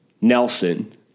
Nelson